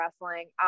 wrestling